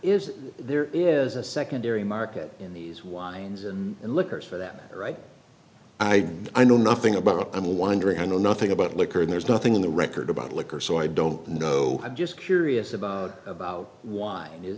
that there is a secondary market in these wines and liquors for that right i know nothing about i'm wondering i know nothing about liquor and there's nothing in the record about liquor so i don't know i'm just curious about about wine